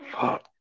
Fuck